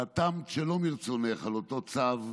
חתמת שלא מרצונך על אותו צו,